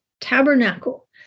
tabernacle